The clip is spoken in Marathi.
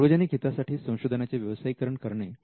सार्वजनिक हितासाठी संशोधनाचे व्यवसायीकरण करणे